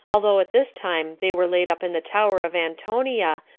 although at this time they were laid up in the tower of antonia,